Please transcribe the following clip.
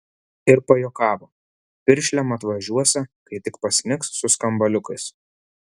ir pajuokavo piršlėm atvažiuosią kai tik pasnigs su skambaliukais